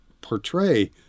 portray